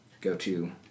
go-to